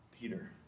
Peter